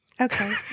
Okay